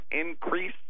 increase